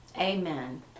Amen